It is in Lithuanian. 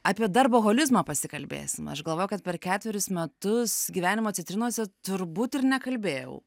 apie darboholizmą pasikalbėsim aš galvoju kad per ketverius metus gyvenimo citrinose turbūt ir nekalbėjau